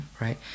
right